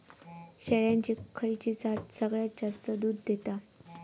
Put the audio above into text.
शेळ्यांची खयची जात सगळ्यात जास्त दूध देता?